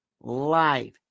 life